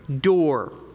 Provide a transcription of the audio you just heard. door